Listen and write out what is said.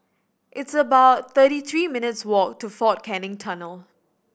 it's about thirty three minutes' walk to Fort Canning Tunnel